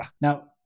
Now